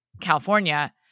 California